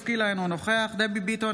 בעד גדי איזנקוט,